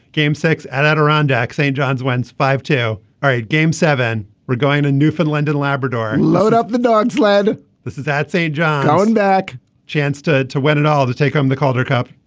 game six at adirondack. st. john's wins five two. all right. game seven. we're going to newfoundland and labrador load up the dog sled this is that's a john and back chance to to win it all to take home the calder cup.